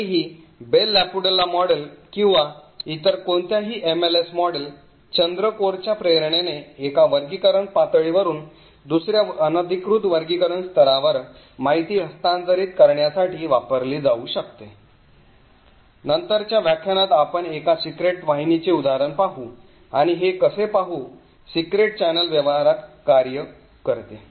तरीही Bell LaPadula model किंवा इतर कोणत्याही MLS मॉडेल चंद्रकोरच्या प्रेरणेने एका वर्गीकरण पातळीवरून दुसर्या अनधिकृत वर्गीकरण स्तरावर माहिती हस्तांतरित करण्यासाठी वापरली जाऊ शकते नंतरच्या व्याख्यानात आपण एका सिक्रेट वाहिनीचे उदाहरण पाहू आणि हे कसे पाहू सिक्रेट चॅनेल व्यवहारात कार्य करते